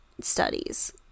studies